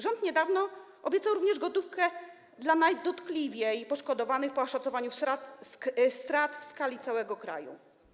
Rząd niedawno obiecał również gotówkę dla najdotkliwiej poszkodowanych po oszacowaniu strat w skali całego kraju.